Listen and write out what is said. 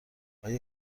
آیا